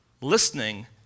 listening